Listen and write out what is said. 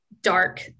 dark